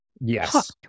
Yes